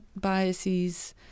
biases